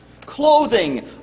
Clothing